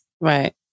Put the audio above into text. Right